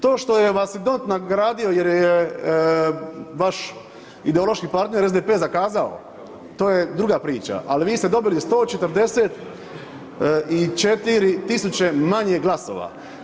To što vas je … [[Govornik se ne razumije]] nagradio jer je vaš ideološki partner SDP zakazao, to je druga priča, al vi ste dobili 144 000 manje glasova.